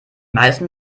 meisten